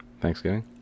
Thanksgiving